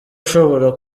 ushobora